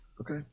Okay